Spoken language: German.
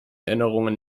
erinnerungen